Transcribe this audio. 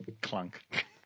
Clunk